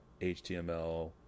HTML